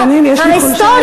הזיקה ההיסטורית שלי,